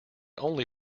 only